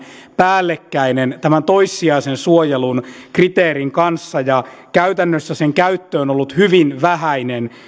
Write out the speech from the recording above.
päällekkäinen tämän toissijaisen suojelun kriteerin kanssa ja käytännössä sen käyttö on ollut hyvin vähäinen